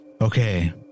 Okay